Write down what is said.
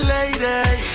Lady